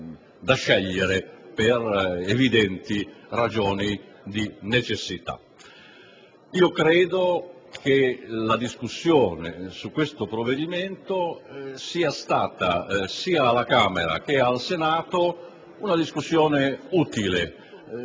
da scegliere per evidenti ragioni di necessità. Credo che la discussione su questo provvedimento, sia alla Camera che al Senato, sia stata utile.